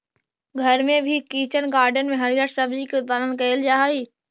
घर में भी किचन गार्डन में हरिअर सब्जी के उत्पादन कैइल जा हई